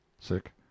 sick